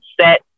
set